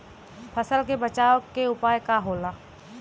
फसल के बचाव के उपाय का होला?